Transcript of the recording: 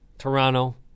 Toronto